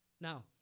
Now